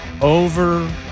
over